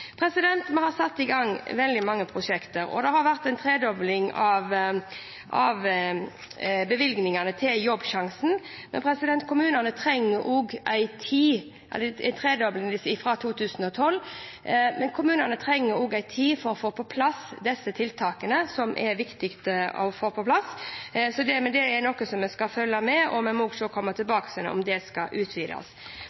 Vi har satt i gang veldig mange prosjekter, og det har vært en tredobling av bevilgningene til Jobbsjansen fra 2012, men kommunene trenger også tid for å få på plass disse tiltakene, som det er viktig å få på plass. Men dette er noe vi skal følge med på, og vi må også komme tilbake til om det skal utvides.